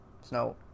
Snow